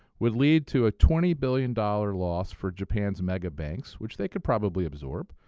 would lead to a twenty billion dollars loss for japan's mega banks, which they could probably absorb,